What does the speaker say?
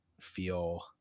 feel